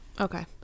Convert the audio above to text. Okay